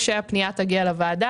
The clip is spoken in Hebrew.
כשהפנייה תגיע לוועדה,